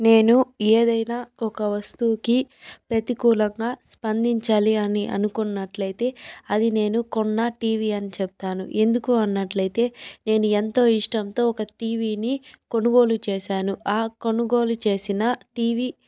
నేను ఏదైనా ఒక వస్తువుకి ప్రతికూలంగా స్పందించాలి అని అనుకున్నట్లయితే అది నేను కొన్న టీవీ అని చెప్తాను ఎందుకు అన్నట్లయితే నేను ఎంతో ఇష్టంతో ఒక టీవీని కొనుగోలు చేశాను ఆ కొనుగోలు చేసిన టీవీ